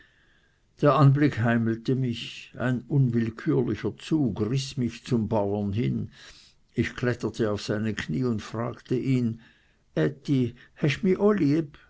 der anblick heimelte mich ein unwillkürlicher zug riß mich zum bauern hin ich kletterte auf seine knie und fragte ihn ätti hesch mi